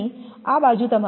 આ બાજુ તમારી સૂકી છે